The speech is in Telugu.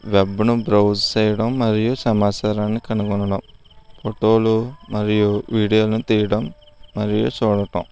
వెబ్ను బ్రౌజ్ చేయడం మరియు సమాచారాన్ని కనుగొనడం ఫొటోలు మరియు వీడియోలను తీయడం మరియు చూడటం